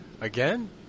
Again